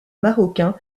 marocain